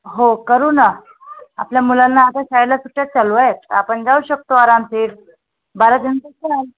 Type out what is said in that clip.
हो करू ना आपल्या मुलांना आता शाळेला सुट्ट्याच चालू आहेत आपण जाऊ शकतो आरामशीर बाराजण